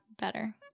better